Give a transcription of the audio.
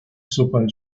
super